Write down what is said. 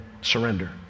surrender